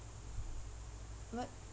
what